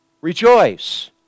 rejoice